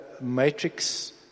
matrix